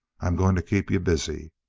i'm going to keep you busy.